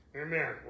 Amen